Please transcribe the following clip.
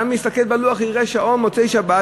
ובסוף יתברר שזה 19:30. אדם מסתכל בלוח ויראה שמוצאי השבת,